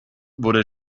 wurde